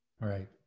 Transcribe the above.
Right